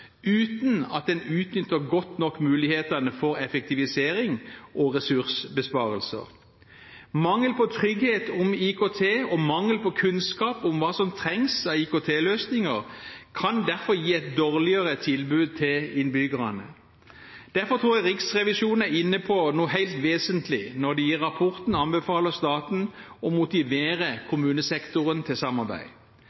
uten at en utnytter godt nok mulighetene for effektivisering og ressursbesparelse. Mangel på trygghet om IKT og mangel på kunnskap om hva som trengs av IKT-løsninger kan derfor gi et dårligere tilbud til innbyggerne. Derfor tror jeg Riksrevisjonen er inne på noe helt vesentlig når de i rapporten anbefaler staten å motivere